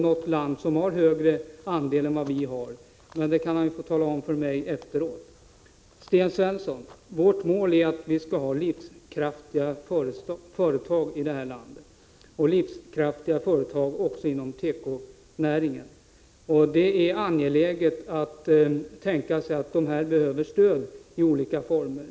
Han kan inte göra det nu eftersom han inte har replikrätt, men han får gärna tala om det för mig efter debatten. Vårt mål, Sten Svensson, är att ha livskraftiga företag i landet, även inom tekonäringen. Det är angeläget att dessa företag får stöd i olika former.